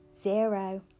zero